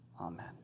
Amen